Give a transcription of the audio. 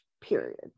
period